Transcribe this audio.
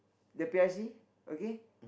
the P I C okay